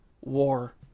war